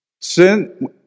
Sin